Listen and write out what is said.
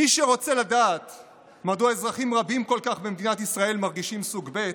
מי שרוצה לדעת מדוע אזרחים רבים כל כך במדינת ישראל מרגישים סוג ב',